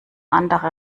andere